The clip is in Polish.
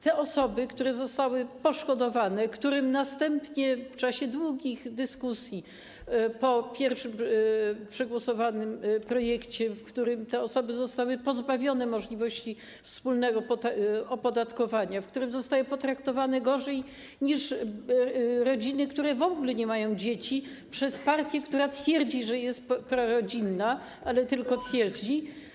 Te osoby, które zostały poszkodowane, którym następnie w czasie długich dyskusji po pierwszym przegłosowanym projekcie, w którym te osoby zostały pozbawione możliwości wspólnego opodatkowania, zostały potraktowane gorzej niż rodziny, które w ogóle nie mają dzieci, przez partię, która twierdzi, że jest prorodzinna - ale tylko twierdzi.